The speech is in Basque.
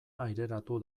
aireratu